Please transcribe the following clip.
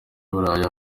burayi